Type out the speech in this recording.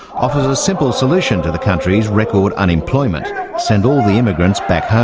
offers a simple solution to the country's record unemployment send all the immigrants back home.